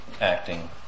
acting